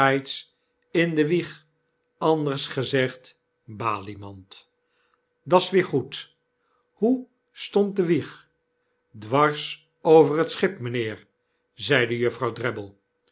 in de wieg anders gezegd baliemand dat s weer goed hoe stond de wieg dwars over het schip mynheer zeide